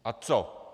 A co?